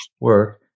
work